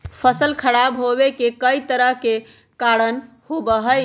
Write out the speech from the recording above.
फसल खराब होवे के कई तरह के कारण होबा हई